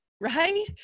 right